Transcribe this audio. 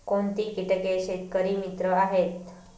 कोणती किटके शेतकरी मित्र आहेत?